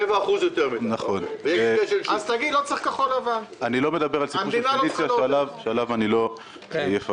אני לא מדבר על הסיפור של פניציה, שעליו לא אפרט.